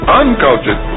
uncultured